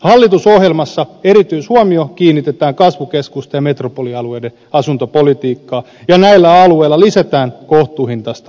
hallitusohjelmassa erityishuomio kiinnitetään kasvukeskusten ja metropolialueiden asuntopolitiikkaan ja näillä alueilla lisätään kohtuuhintaista asuntotuotantoa